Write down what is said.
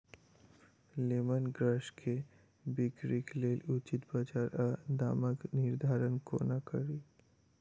Lemon grass केँ बिक्रीक लेल उचित बजार आ दामक निर्धारण कोना कड़ी?